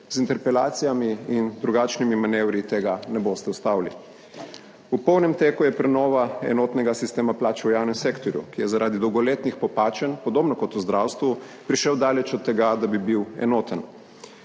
Z interpelacijami in drugačnimi manevri tega ne boste ustavili. V polnem teku je prenova enotnega sistema plač v javnem sektorju, ki je zaradi dolgoletnih popačenj, podobno kot v zdravstvu, prišel daleč od tega, da bi bil enoten.